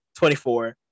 24